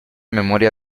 memoria